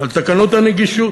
תקנות הנגישות.